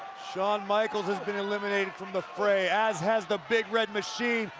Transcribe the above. shawn michaels has been eliminated from the fray as has the big red machine.